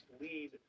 lead